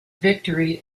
victory